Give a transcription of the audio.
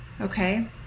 Okay